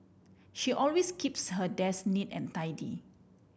she always keeps her desk neat and tidy